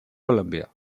columbia